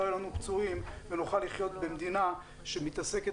לא יהיו לנו פצועים ונוכל לחיות במדינה שמתעסקת